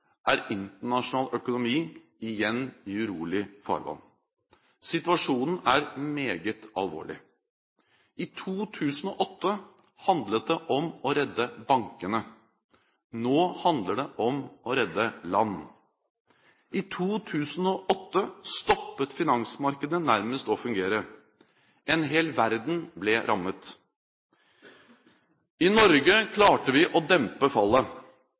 er internasjonal økonomi igjen i urolig farvann. Situasjonen er meget alvorlig. I 2008 handlet det om å redde bankene. Nå handler det om å redde land. I 2008 stoppet finansmarkedene nærmest å fungere. En hel verden ble rammet. I Norge klarte vi å dempe fallet